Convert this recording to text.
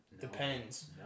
Depends